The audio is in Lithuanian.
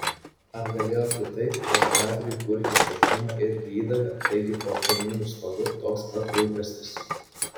ar galėjo kitaip jos gabriui kurkė šaukimą irgi įdavė taigi po kaimynų stogu toks pat rūpestis